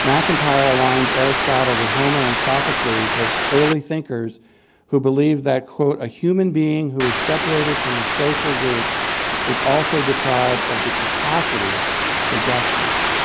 macintyre aligns aristotle with homer and sophocles as early thinkers who believe that, quote, a human being who is separated from his social group is also deprived of the capacity for justice.